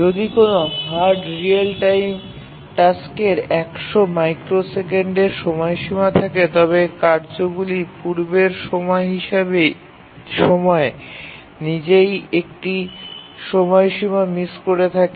যদি কোনও hard real time টাস্কের ১০০ মাইক্রোসেকেন্ডের সময়সীমা থাকে তবে কার্যগুলি পূর্বের সময় নিজেই একটি সময়সীমা মিস করে থাকে